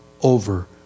over